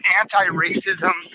anti-racism